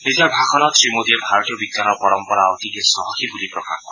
নিজৰ ভাষণত শ্ৰী মোডীয়ে ভাৰতীয় বিজ্ঞানৰ পৰম্পৰা অতিকে চহকী বুলি প্ৰকাশ কৰে